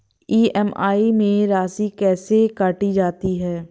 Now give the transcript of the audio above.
EMI में राशि कैसे काटी जाती है?